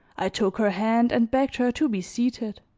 i took her hand and begged her to be seated